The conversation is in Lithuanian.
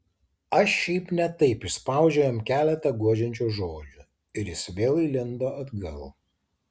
aš šiaip ne taip išspaudžiau jam keletą guodžiančių žodžių ir jis vėl įlindo atgal